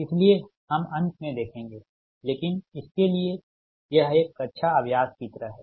इसलिए हम अंत में देखेंगे लेकिन इसके लिए यह एक कक्षा अभ्यास की तरह है